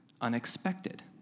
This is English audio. unexpected